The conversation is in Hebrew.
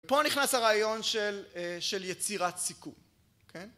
פה נכנס הרעיון של יצירת סיכום, כן?